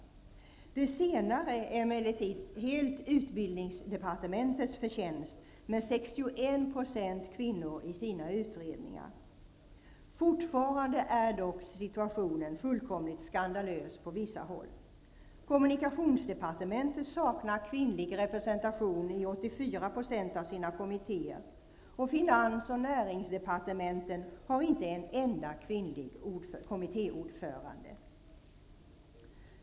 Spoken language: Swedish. Det senare är emellertid helt utbildningsdepartementets förtjänst, med 61 % kvinnor i sina utredningar. Fortfarande är dock situationen fullkomligt skandalöst på vissa håll. Kommunikationsdepartementet saknar kvinnlig representation i 84 % av sina kommittéer, och finans och näringsdepartementen har inte en enda kvinnlig kommittéordförande.